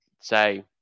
say